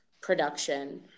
production